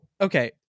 okay